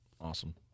Awesome